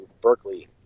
berkeley